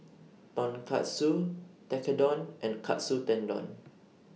Tonkatsu Tekkadon and Katsu Tendon